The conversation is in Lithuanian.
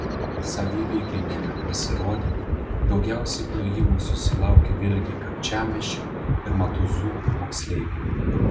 saviveikliniame pasirodyme daugiausiai plojimų susilaukė vėlgi kapčiamiesčio ir matuizų moksleiviai